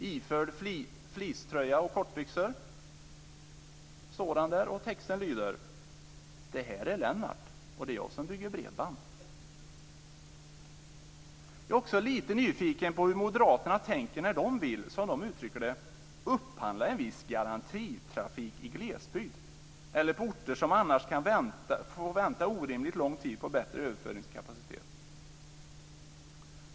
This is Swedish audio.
Iförd fleece-tröja och kortbyxor står han där och texten lyder: Det här är Lennart, och det är jag som bygger bredband. Jag är också lite nyfiken på hur moderaterna tänker när de vill, som det uttrycker det, upphandla en viss garantitrafik i glesbygd eller på orter som annars kan få vänta orimligt lång tid på bättre överföringskapacitet.